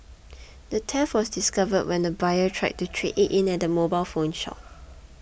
the theft was discovered when the buyer tried to trade it in at a mobile phone shop